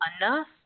enough